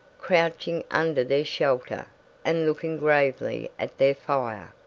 crouching under their shelter and looking gravely at their fire.